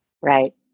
Right